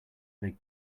they